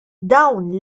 dawn